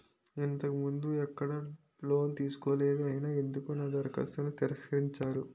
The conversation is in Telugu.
నేను ఇంతకు ముందు ఎక్కడ లోన్ తీసుకోలేదు అయినా ఎందుకు నా దరఖాస్తును తిరస్కరించారు?